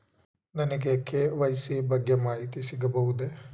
ನನಗೆ ಕೆ.ವೈ.ಸಿ ಬಗ್ಗೆ ಮಾಹಿತಿ ಸಿಗಬಹುದೇ?